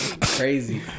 Crazy